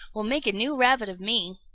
will make a new rabbit of me.